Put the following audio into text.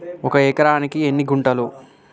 ఒక ఎకరానికి ఎన్ని గుంటలు?